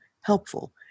helpful